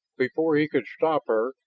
before he could stop her,